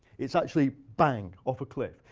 it's actually, bang, off a cliff.